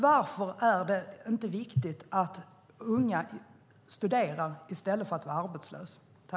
Varför är det inte viktigt att unga studerar i stället för att vara arbetslösa?